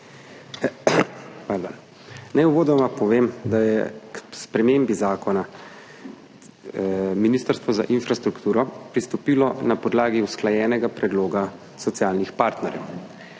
Naj uvodoma povem, da je k spremembi zakona Ministrstvo za infrastrukturo pristopilo na podlagi usklajenega predloga socialnih partnerjev.